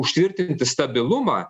užtvirtinti stabilumą